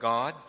God